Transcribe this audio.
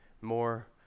more